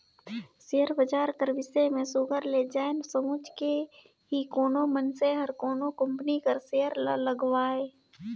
share बजार कर बिसे में सुग्घर ले जाएन समुझ के ही कोनो मइनसे हर कोनो कंपनी कर सेयर ल लगवाए